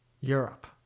Europe